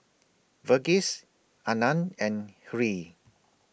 Verghese Anand and Hri